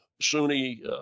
sunni